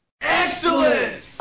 Excellent